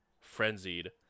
frenzied